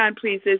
please